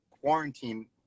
quarantine